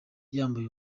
yambaye